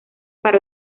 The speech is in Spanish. para